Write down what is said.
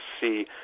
see